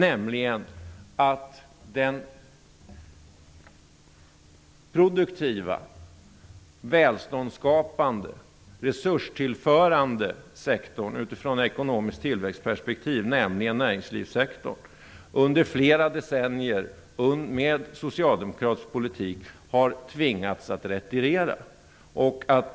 Den produktiva, välståndsskapande, resurstillförande sektorn utifrån ett perspektiv för ekonomisk tillväxt, nämligen näringslivssektorn, har under flera decennier med socialdemokratisk politik tvingats att retirera.